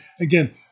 Again